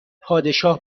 پادشاه